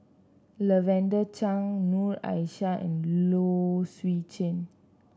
Lavender Chang Noor Aishah and Low Swee Chen